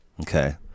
Okay